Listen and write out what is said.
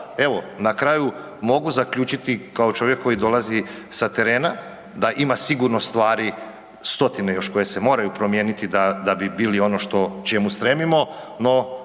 evo, na kraju mogu zaključiti kao čovjek koji dolazi sa terena, da ima sigurno stvari stotine još koje se moraju promijeniti da bi bili ono što čemu stremimo no